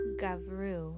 Gavru